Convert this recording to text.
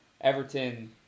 Everton